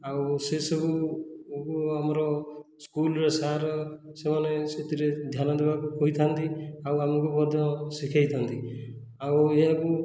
ଆଉ ସେସବୁକୁ ଆମର ସ୍କୁଲରେ ସାର୍ ସେମାନେ ସେଥିରେ ଧ୍ୟାନ ଦେବାକୁ କହିଥାନ୍ତି ଆଉ ଆମକୁ ମଧ୍ୟ ଶିଖାଇଥାନ୍ତି ଆଉ ଏହାକୁ